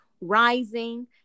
rising